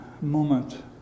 moment